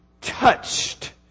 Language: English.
touched